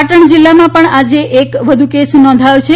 પાટણ જીલ્લામાં પણ આજે એક વધુ કેસ નોંધાયો છે